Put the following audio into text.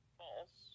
false